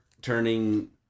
turning